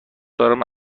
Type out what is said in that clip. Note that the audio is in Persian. دارم